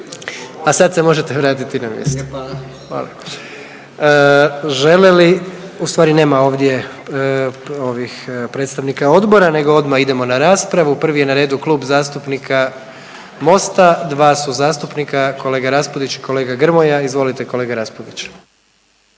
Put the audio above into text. Hvala lijepa/…. Hvala. Žele li, u stvari nema ovdje ovih predstavnika odbora nego odmah idemo na raspravu, prvi je na redu Klub zastupnika Mosta, dva su zastupnika, kolega Raspudić i kolega Grmoja, izvolite kolega Raspudić.